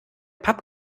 pub